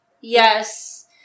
yes